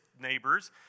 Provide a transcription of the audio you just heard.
neighbors